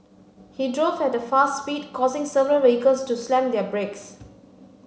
he drove at a fast speed causing several vehicles to slam their brakes